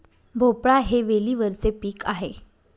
भोपळा हे वेलीवरचे पीक आहे